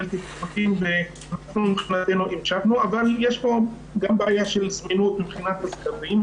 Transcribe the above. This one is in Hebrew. אבל יש פה גם בעיה של זמינות מבחינת הסגרים,